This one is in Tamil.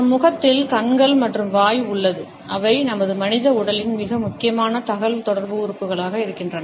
நம் முகத்தில் கண்கள் மற்றும் வாய் உள்ளது அவை மனித உடலில் மிக முக்கியமான தகவல்தொடர்பு உறுப்புகளாக இருக்கின்றன